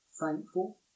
thankful